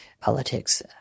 politics